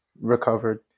recovered